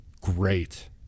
great